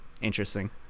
interesting